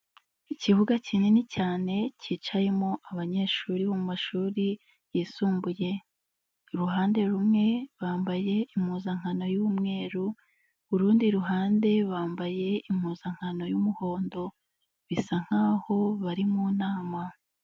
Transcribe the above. Ikibuga kinini cyane cyicayemo abanyeshuri bo mu mashuri yisumbuye, iruhande rumwe bambaye impuzankano y'umweru urundi ruhande bambaye impuzankano y'umuhondo, bisa nkaho bari mu nama.